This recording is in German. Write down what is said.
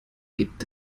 gibt